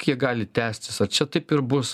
kiek gali tęstis a čia taip ir bus